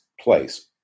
place